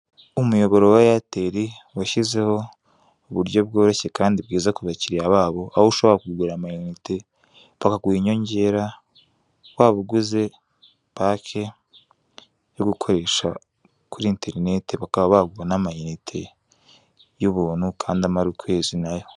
Umuyoboro wa eyateri washyizeho uburyo bworoshye kandi bwiza ku bakiriya bayo, aho ushobora kugura amayinite bakaguha inyongera, waba uguze pake yo gukoresha kuri eterinete, bakaba baguha n'amayinite y'ubuntu kandi amara ukwezi nayo.